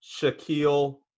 Shaquille